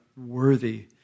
worthy